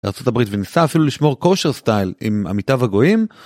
ארה״ב, וניסה אפילו לשמור כושר סטייל עם עמיתיו הגויים.